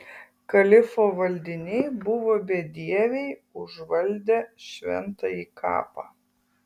kalifo valdiniai buvo bedieviai užvaldę šventąjį kapą